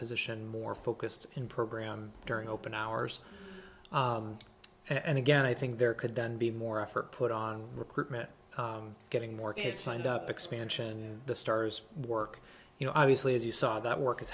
position more focused in program during open hours and again i think there could then be more effort put on recruitment getting more get signed up expansion the stars work you know obviously as you saw that work is